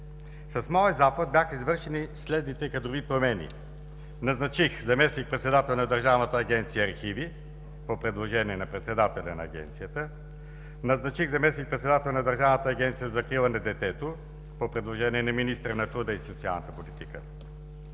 С моя заповед бяха извършени следните кадрови промени: назначих заместник-председател на Държавната агенция „Архиви“ по предложение на председателя на Агенцията. Назначих заместник-председател на Държавната агенция „Закрива на детето“ по предложение на министъра на труда и социалната политика.